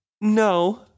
no